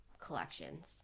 collections